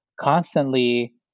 constantly